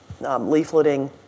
leafleting